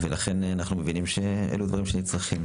ולכן אנחנו מבינים שאלו דברים שצריכים.